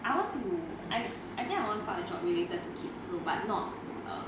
I want to I I think I wanna find a job related to kids also but not err